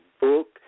book